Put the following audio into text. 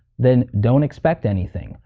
then don't expect anything.